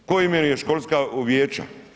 Tko imenuje školska vijeća?